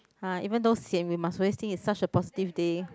!huh! even though sian we must always think it's a positive day